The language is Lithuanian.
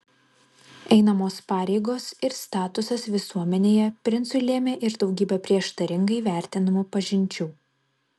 einamos pareigos ir statusas visuomenėje princui lėmė ir daugybę prieštaringai vertinamų pažinčių